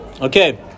okay